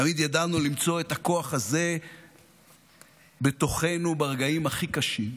תמיד ידענו למצוא את הכוח הזה בתוכנו ברגעים הכי קשים.